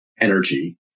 energy